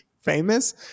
famous